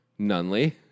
Nunley